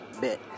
bit